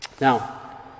Now